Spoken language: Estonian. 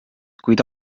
kuid